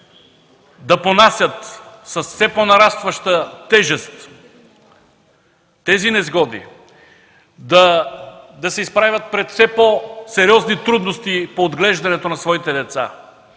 да понасят с все по-нарастваща тежест тези несгоди, да се изправят пред все по-сериозни трудности по отглеждането на своите деца,